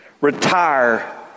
retire